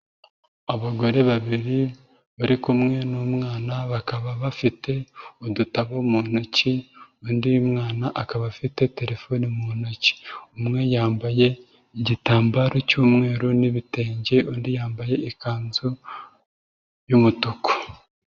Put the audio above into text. Abagore babiri bari kumwe n'umwana bakaba bafite udutabo mu ntoki, undi mwana akaba afite telefone mu ntoki, umwe yambaye igitambaro cy'umweru n'ibitenge undi yambaye ikanzu y'umutuku.